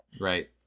Right